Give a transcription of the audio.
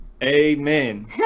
Amen